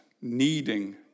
needing